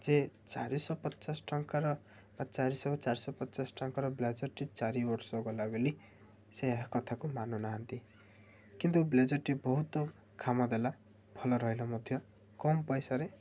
ଯେ ଚାରିଶହ ପଚାଶ ଟଙ୍କାର ବା ଚାରିଶ ବା ଚାରିଶହ ପଚାଶ ଟଙ୍କାର ବ୍ଲେଜରଟି ଚାରି ବର୍ଷ ଗଲା ବୋଲି ସେ ଏହା କଥାକୁ ମାନୁନାହାନ୍ତି କିନ୍ତୁ ବ୍ଲେଜରଟି ବହୁତ କାମ ଦେଲା ଭଲ ରହିଲା ମଧ୍ୟ କମ ପଇସାରେ